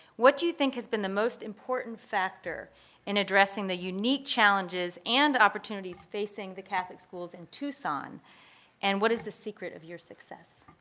what do you think has been the most important factor in addressing the unique challenges and opportunities facing the catholic schools in tucson and what is the secret of your success?